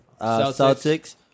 Celtics